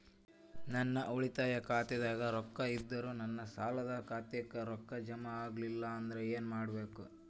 ನನ್ನ ಉಳಿತಾಯ ಖಾತಾದಾಗ ರೊಕ್ಕ ಇದ್ದರೂ ನನ್ನ ಸಾಲದು ಖಾತೆಕ್ಕ ರೊಕ್ಕ ಜಮ ಆಗ್ಲಿಲ್ಲ ಅಂದ್ರ ಏನು ಮಾಡಬೇಕು?